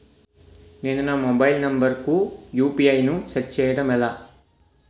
నేను నా mobile number కుయు.పి.ఐ ను సెట్ చేయడం ఎలా?